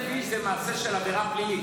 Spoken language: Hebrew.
שחוסם כביש זה מעשה של עבירה פלילית.